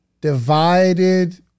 divided